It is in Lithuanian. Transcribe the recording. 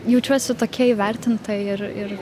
jaučiuosi tokia įvertinta ir ir